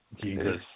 Jesus